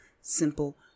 simple